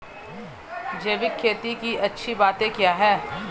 जैविक खेती की अच्छी बातें क्या हैं?